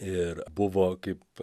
ir buvo kaip